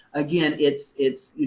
again, it's, it's, you